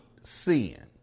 sin